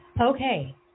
Okay